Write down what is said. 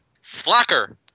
Slacker